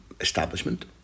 establishment